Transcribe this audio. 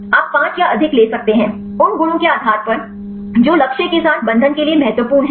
आप पांच या अधिक ले सकते हैं उन गुणों के आधार पर जो लक्ष्य के साथ बंधन के लिए महत्वपूर्ण हैं